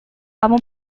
kamu